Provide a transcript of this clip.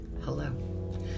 Hello